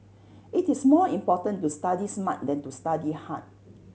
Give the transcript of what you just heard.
it is more important to study smart than to study hard